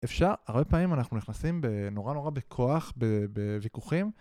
אפשר, הרבה פעמים, אנחנו נכנסים בנורא, נורא בכוח בוויכוחים